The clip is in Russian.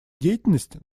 деятельность